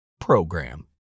program